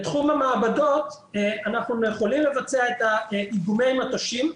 בתחום המעבדות אנחנו יכולים לבצע את איגומי המטושים.